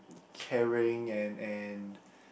caring and and